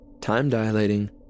time-dilating